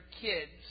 kids